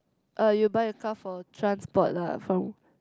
uh you will buy a car for transport lah from